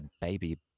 baby